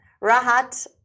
Rahat